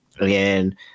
Again